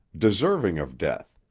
deserving of death,